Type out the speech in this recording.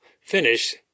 finish